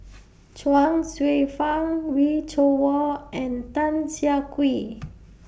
Chuang Hsueh Fang Wee Cho Yaw and Tan Siah Kwee